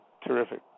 terrific